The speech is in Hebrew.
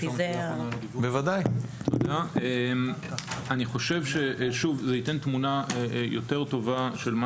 אני חושב שזה ייתן תמונה יותר טובה של מה